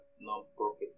non-profit